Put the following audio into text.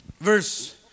Verse